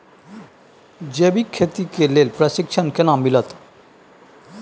जैविक खेती के लेल प्रशिक्षण केना मिलत?